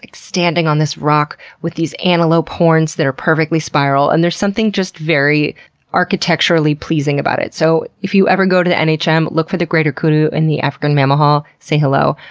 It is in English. like standing on this rock with these antelope horns that are perfectly spiral, and there's something just very architecturally pleasing about it. so, if you ever go to the and nhm, um look for the greater kudu in the african mammal hall. say hello.